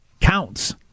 Counts